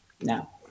Now